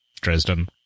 Dresden